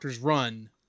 run